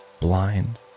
blind